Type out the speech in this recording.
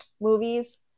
movies